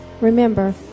Remember